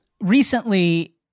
recently